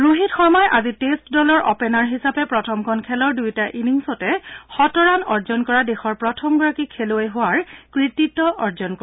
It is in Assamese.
ৰোহিত শৰ্মাই আজি টেষ্ট দলৰ অ'পেনাৰ হিচাপে প্ৰথমখন খেলৰ দুয়োটা ইনিংছতে শতৰান অৰ্জন কৰা দেশৰ প্ৰথমগৰাকী খেলুৱৈ হোৱাৰ কৃতিত্ব অৰ্জন কৰে